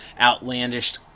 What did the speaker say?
outlandish